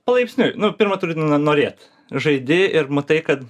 palaipsniui nu pirma turi norėt žaidi ir matai kad